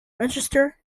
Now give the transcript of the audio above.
register